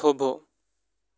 થોભો